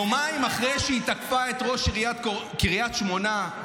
יומיים אחרי שהיא תקפה את ראש עיריית קריית שמונה,